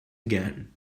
again